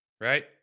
Right